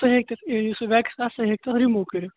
تُہۍ ہیٚکو سُہ ویٚکٕس تَتھ سُہ ہیٚکہِ تَتھ رِموٗ کٔرِتھ